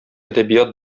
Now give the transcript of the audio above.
әдәбият